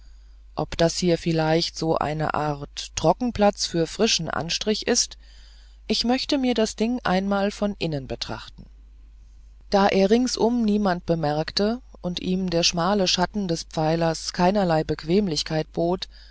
ob das hier vielleicht so eine art trockenplatz für frischen anstrich ist ich möchte mir das ding einmal von innen betrachten da er ringsum niemand bemerkte und ihm der schmale schatten des pfeilers keinerlei bequemlichkeit bot